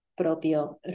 propio